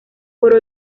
por